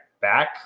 back